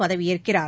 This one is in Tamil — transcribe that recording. பதவியேற்கிறார்